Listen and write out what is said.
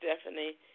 Stephanie